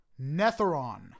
Netheron